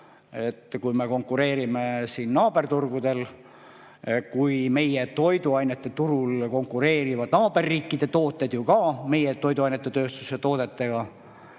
Me konkureerime naaberturgudel, meie toiduainete turul konkureerivad naaberriikide tooted samuti meie toiduainete tööstuse toodetega